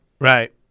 Right